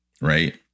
right